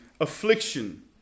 Affliction